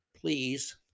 Please